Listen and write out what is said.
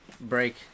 break